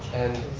and